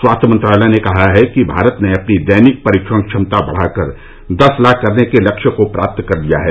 स्वास्थ्य मंत्रालय ने कहा है कि भारत ने अपनी दैनिक परीक्षण क्षमता बढ़ाकर दस लाख करने के लक्ष्य को प्राप्त कर लिया है